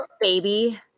baby